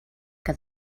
que